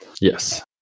Yes